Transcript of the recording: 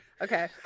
Okay